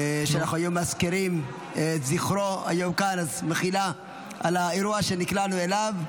שאנחנו היום מזכירים את זכרו - מחילה על האירוע שנקלענו אליו.